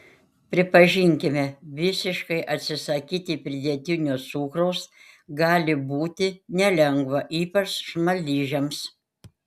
pripažinkime visiškai atsisakyti pridėtinio cukraus gali būti nelengva ypač smaližiams